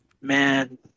man